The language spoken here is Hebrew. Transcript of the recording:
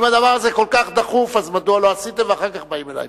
אם הדבר הזה כל כך דחוף, מדוע לא עשיתם את זה?